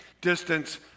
distance